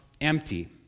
empty